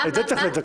את זה צריך לזקק.